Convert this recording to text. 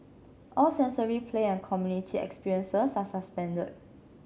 all sensory play and community experiences are suspended